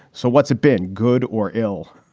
so what's it been, good or ill?